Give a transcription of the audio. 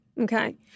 Okay